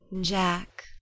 Jack